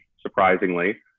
surprisingly